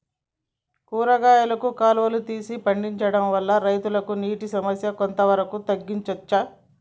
కూరగాయలు కాలువలు తీసి పండించడం వల్ల రైతులకు నీటి సమస్య కొంత వరకు తగ్గించచ్చా?